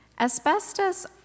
Asbestos